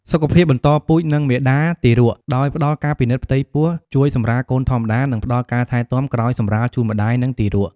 សុខភាពបន្តពូជ និងមាតា-ទារក ដោយផ្តល់ការពិនិត្យផ្ទៃពោះ ជួយសម្រាលកូនធម្មតា និងផ្តល់ការថែទាំក្រោយសម្រាលជូនម្តាយ និងទារក។